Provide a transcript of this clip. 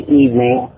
evening